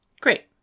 Great